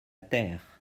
terre